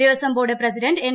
Devaswom board president N